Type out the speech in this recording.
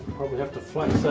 probably have to flex that